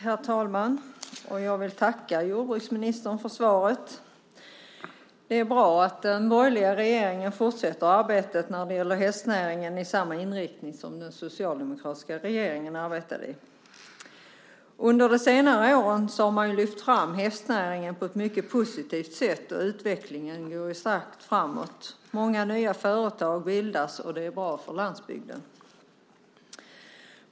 Herr talman! Jag vill tacka jordbruksministern för svaret. Det är bra att den borgerliga regeringen fortsätter arbetet när det gäller hästnäringen med samma inriktning som den socialdemokratiska regeringen arbetade med. Under senare år har man lyft fram hästnäringen på ett mycket positivt sätt. Utvecklingen går starkt framåt. Många nya företag bildas, och det är bra för landsbygden.